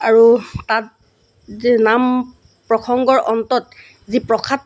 আৰু তাত যি নামপ্ৰসংগৰ অন্তত যি প্ৰসাদ